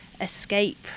escape